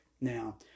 Now